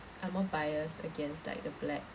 are more biased against like the black